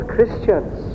Christians